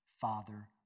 Father